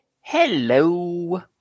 hello